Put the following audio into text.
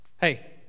hey